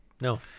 No